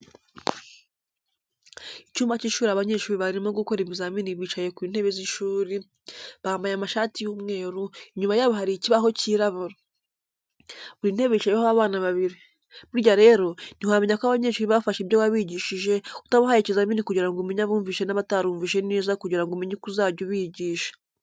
Icyumba cy'ishuri abanyeshuri barimo gukora ibizami bicaye ku ntebe z'ishuri, bambaye amashati y'umweru, inyuma yabo hari ikibaho kirabura. Buri ntebe yicayeho abana babiri. Burya rero ntiwamenya ko abanyeshuri bafashe ibyo wabigishije utabahaye ikizamini kugira ngo umenye abumvishe n'abatarumvishe neza kugira ngo umenye uko uzajya ubigisha.